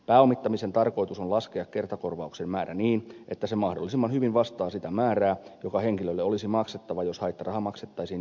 pääomittamisen tarkoitus on laskea kertakorvauksen määrä niin että se mahdollisimman hyvin vastaa sitä määrää joka henkilölle olisi maksettava jos haittaraha maksettaisiin jatkuvana korvauksena